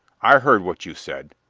i heard what you said.